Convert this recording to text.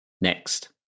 next